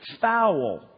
foul